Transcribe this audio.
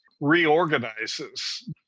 reorganizes